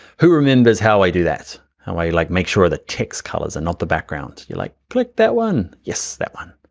who remembers how i do that? how i like make sure the text colors are and not the background. you're like, click that one. yes, that one,